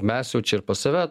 mes jau čia ir pas save